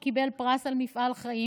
כשהוא קיבל פרס על מפעל חיים,